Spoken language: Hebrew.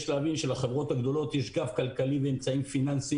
יש להבין שלחברות הגדולות יש גב כלכלי ואמצעים פיננסים